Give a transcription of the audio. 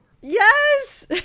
Yes